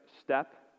step